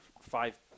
five